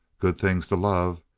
good things to love,